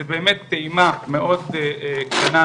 זה באמת טעימה מאוד קטנה,